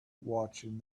watching